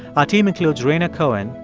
our team includes rhaina cohen,